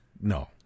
no